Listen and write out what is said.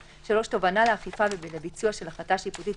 (3) תובענה לאכיפה ולביצוע של החלטה שיפוטית,